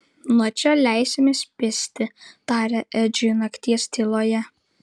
nuo čia leisimės pėsti tarė edžiui nakties tyloje